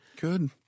Good